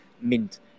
mint